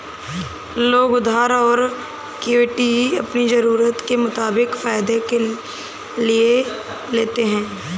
लोग उधार और इक्विटी अपनी ज़रूरत के मुताबिक फायदे के लिए लेते है